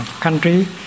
country